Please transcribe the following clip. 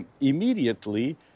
immediately